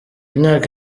myaka